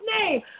name